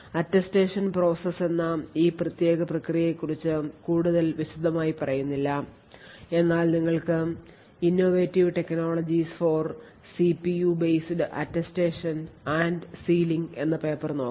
attestation process എന്ന ഈ പ്രത്യേക പ്രക്രിയയെക്കുറിച്ച് കൂടുതൽ വിശദമായി പറയുന്നില്ല എന്നാൽ നിങ്ങൾക്ക് "Innovative Technologies for CPU based Attestation and Sealing" എന്ന പേപ്പർ നോക്കാം